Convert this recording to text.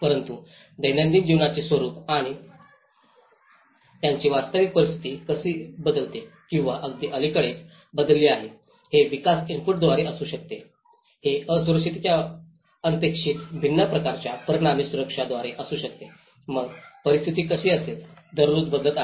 परंतु दैनंदिन जीवनाचे स्वरूप आणि त्यांची वास्तविक परिस्थिती कशी बदलते किंवा अगदी अलिकडेच बदलली आहे हे विकास इनपुटद्वारे असू शकते हे असुरक्षिततेच्या अनपेक्षित भिन्न प्रकारांच्या परिणामी असुरक्षा द्वारे असू शकते मग परिस्थिती कशी असेल दररोज बदलत आहे